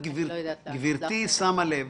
גברתי שמה לב